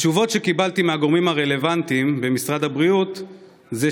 התשובות שקיבלתי מהגורמים הרלוונטיים במשרד הבריאות היו